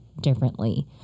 differently